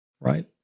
right